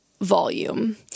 volume